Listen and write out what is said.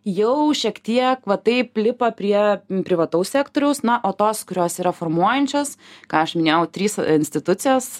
jau šiek tiek va taip lipa prie privataus sektoriaus na o tos kurios yra formuojančios ką aš minėjau trys institucijos